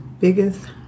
biggest